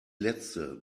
letzte